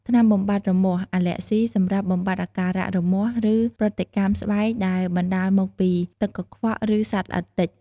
ថ្នាំបំបាត់រមាស់ អាលែកហ្ស៊ី សម្រាប់បំបាត់អាការៈរមាស់ ឬប្រតិកម្មស្បែកដែលបណ្តាលមកពីទឹកកខ្វក់ ឬសត្វល្អិតទិច។